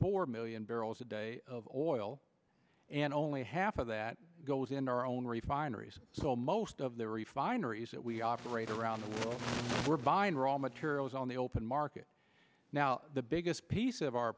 four million barrels a day of oil and only half of that goes in our own refineries so most of the refineries that we operate around the we're buying raw materials on the open market now the biggest piece of our